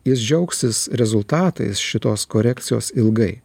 jis džiaugsis rezultatais šitos korekcijos ilgai